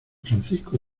francisco